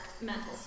mental